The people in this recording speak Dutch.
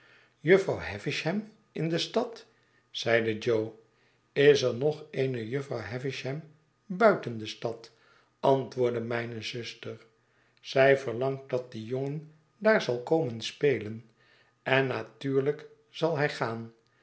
havisham in de stad zeide jo is er nog eene jufvrouw havisham buiten de stad antwoordde mijne zuster zij verlangt dat die jongen daar zal komen spelen en natuurlijk zal hij gaan